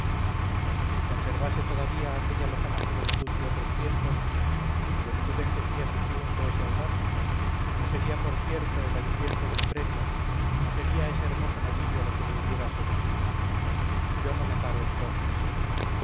si conservase todavía aquella lozana juventud de otros tiempos la juventud en que fía su triunfo ese audaz no sería por cierto el aliciente del premio no sería ese hermoso novillo lo que me hubiera seducido yo no me paro en dones